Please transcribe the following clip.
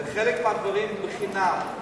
וחלק מהדברים בחינם: